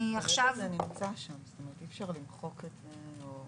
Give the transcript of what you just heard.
כרגע זה נמצא שם, כאילו אי אפשר למחוק את זה.